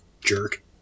Jerk